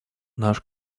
наш